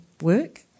work